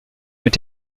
mit